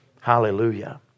Hallelujah